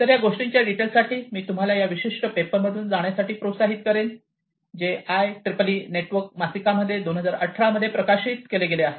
तर या गोष्टींच्या डिटेल्स साठी मी तुम्हाला या विशिष्ट पेपरमधून जाण्यासाठी प्रोत्साहित करेन जे आयईईई नेटवर्क मासिकामध्ये 2018 मध्ये प्रकाशित केले गेले आहे